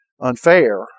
unfair